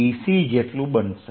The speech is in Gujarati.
bc જેટલું બનશે